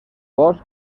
bosc